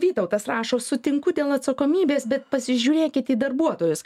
vytautas rašo sutinku dėl atsakomybės bet pasižiūrėkit į darbuotojus